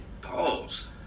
Pause